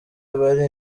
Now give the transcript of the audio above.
abari